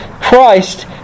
Christ